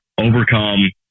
overcome